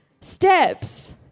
steps